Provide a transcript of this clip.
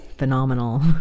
phenomenal